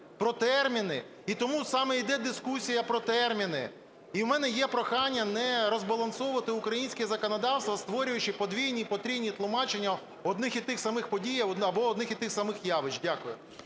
про терміни і тому саме йде дискусія про терміни. І у мене є прохання не розбалансовувати українське законодавство, створюючи подвійні і потрійні тлумачення одних і тих самих подій або одних і тих самих явищ. Дякую.